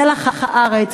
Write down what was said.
מלח הארץ,